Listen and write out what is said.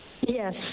Yes